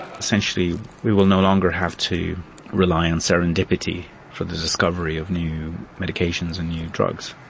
essentially we will no longer have to rely on serendipity for the discovery of new medications and new drugs.